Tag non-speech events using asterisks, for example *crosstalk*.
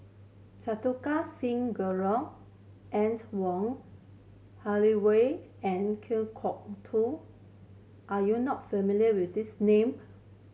Santokh Singh Grewal *unintelligible* Wong Holloway and Kan Kwok Toh are you not familiar with these name